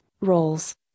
roles